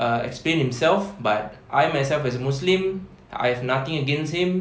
uh explain himself but I myself as a muslim I've nothing against him